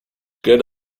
get